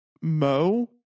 mo